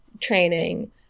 training